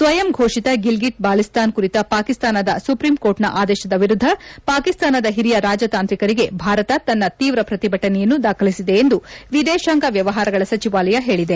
ಸ್ವಯಂ ಘೋಷಿತ ಗಿಲ್ಗಿಟ್ ಬಾಲ್ವೀಸ್ತಾನ್ ಕುರಿತ ಪಾಕಿಸ್ತಾನದ ಸುಪ್ರೀಂಕೋರ್ಟ್ನ ಆದೇಶದ ವಿರುದ್ಧ ಪಾಕಿಸ್ತಾನದ ಓರಿಯ ರಾಜತಾಂತ್ರಿಕರಿಗೆ ಭಾರತ ತನ್ನ ತೀವ್ರ ಪ್ರತಿಭಟನೆಯನ್ನು ದಾಖಲಿಸಿದೆ ಎಂದು ವಿದೇಶಾಂಗ ವ್ಯವಹಾರಗಳ ಸಚಿವಾಲಯ ಹೇಳಿದೆ